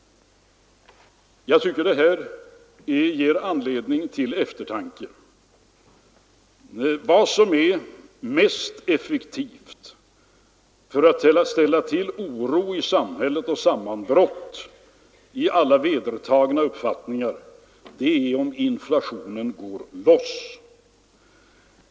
Jag tycker att det här ger anledning till eftertanke. Vad som är mest effektivt för att ställa till oro i samhället och sammanbrott i alla vedertagna uppfattningar är om inflationen går loss.